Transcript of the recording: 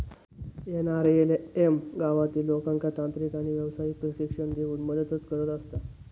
NRLM गावातील लोकांका तांत्रिक आणि व्यावसायिक प्रशिक्षण देऊन मदतच करत असता